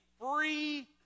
free